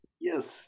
Yes